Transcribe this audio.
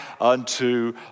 unto